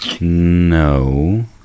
No